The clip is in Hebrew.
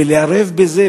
ולערב בזה,